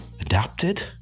adapted